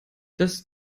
das